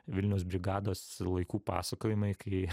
vilniaus brigados laikų pasakojimai kai